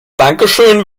dankeschön